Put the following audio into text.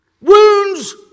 Wounds